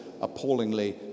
appallingly